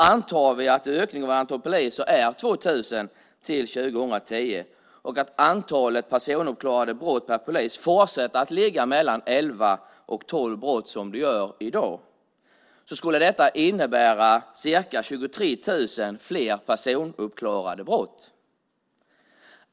Antar vi att ökningen av antalet poliser är 2 000 till 2010 och att antalet personuppklarade brott per polis fortsätter att ligga mellan elva och tolv brott, som det gör i dag, skulle det innebära ca 23 000 fler personuppklarade brott.